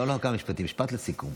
לא כמה משפטים, משפט לסיכום.